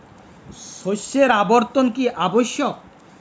শস্যের আবর্তন কী আবশ্যক?